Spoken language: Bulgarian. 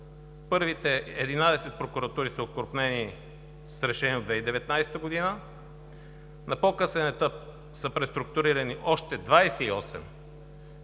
първите 11 прокуратури са окрупнени с решение от 2019 г. На по-късен етап са преструктурирани още 28